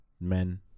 men